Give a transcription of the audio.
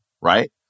right